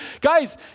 Guys